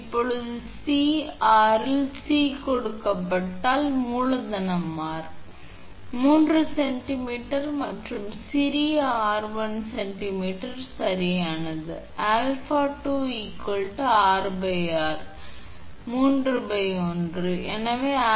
இப்போது C R இல் C கொடுக்கப்பட்டால் மூலதனம் R 3 சென்டிமீட்டர் மற்றும் சிறிய r 1 சென்டிமீட்டர் சரியானது எனவே 𝛼2 𝑅𝑟 31 எனவே 𝛼 1